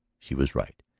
she was right.